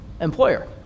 employer